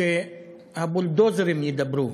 שהבולדוזרים ידברו